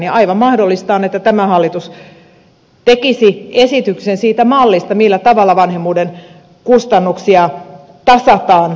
ja aivan mahdollista on että tämä hallitus tekisi esityksen siitä mallista millä tavalla vanhemmuuden kustannuksia tasataan